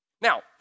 Now